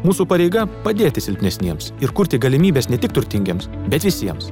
mūsų pareiga padėti silpnesniems ir kurti galimybes ne tik turtingiems bet visiems